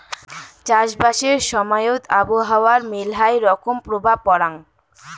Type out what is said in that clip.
চাষবাসের সময়ত আবহাওয়ার মেলহাই রকম প্রভাব পরাং